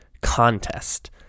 contest